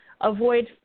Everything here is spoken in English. avoid